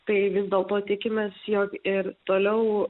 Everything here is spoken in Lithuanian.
tai vis dėlto tikimės jog ir toliau